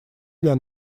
для